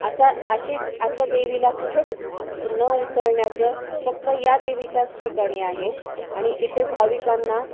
असा अशी असं देवीला कुठेच न उचलण्याचं फक्त या देवीच्याच ठिकाणी आहे आणि इथे भाविकांना